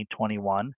2021